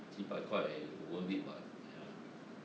几百块也 worth it [what] ya